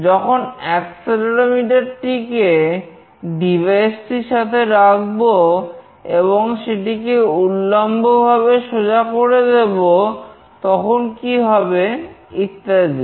যখন অ্যাক্সেলেরোমিটার সাথে রাখবো এবং সেটিকে উল্লম্বভাবে সোজা করে দেবো তখন কি হবে ইত্যাদি